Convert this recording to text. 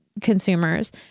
consumers